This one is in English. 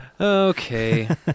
Okay